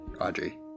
Audrey